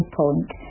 point